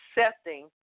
accepting